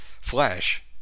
flash